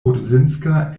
rudzinska